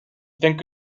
think